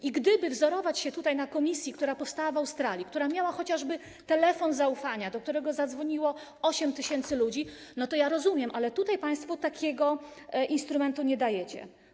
I gdyby wzorować się na komisji, która powstała w Australii, która miała chociażby telefon zaufania, do którego zadzwoniło 8 tys. ludzi, to ja rozumiem, ale tutaj państwo takiego instrumentu nie dajecie.